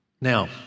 Now